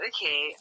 Okay